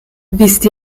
wisst